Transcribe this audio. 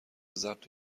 ضبط